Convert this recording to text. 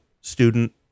student